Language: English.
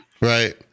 Right